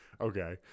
Okay